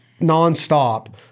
nonstop